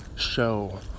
Show